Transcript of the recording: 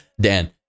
Dan